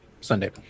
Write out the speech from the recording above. Sunday